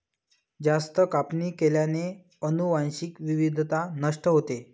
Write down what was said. जास्त कापणी केल्याने अनुवांशिक विविधता नष्ट होते